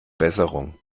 besserung